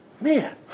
Man